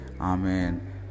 Amen